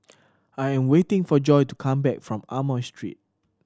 I'm waiting for Joy to come back from Amoy Street